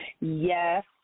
Yes